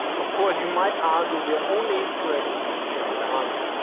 of course, you might argue we are only interested in the german army,